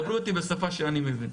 דברו איתי בשפה שאני מבין.